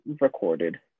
recorded